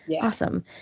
Awesome